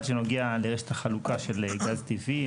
אחד שנוגע לרשת החלוקה של גז טבעי,